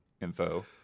info